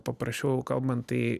paprasčiau kalbant tai